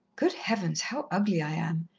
good heavens, how ugly i am!